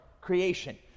creation